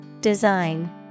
Design